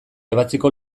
ebatziko